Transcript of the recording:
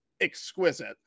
exquisite